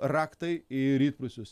raktai į rytprūsius